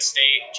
State